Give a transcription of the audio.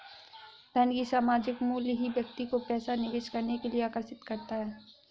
धन का सामायिक मूल्य ही व्यक्ति को पैसा निवेश करने के लिए आर्कषित करता है